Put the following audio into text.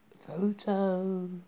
photo